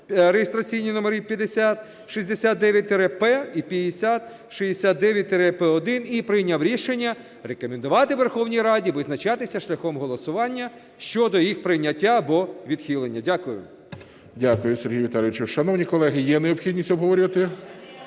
(реєстраційні номери: 5069-П і 5069-П1) і прийняв рішення рекомендувати Верховній Раді визначатися шляхом голосування щодо їх прийняття або відхилення. Дякую. ГОЛОВУЮЧИЙ. Дякую, Сергію Віталійовичу. Шановні колеги, є необхідність обговорювати?